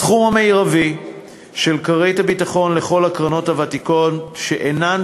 הסכום המרבי של כרית הביטחון לכל הקרנות הוותיקות שאינן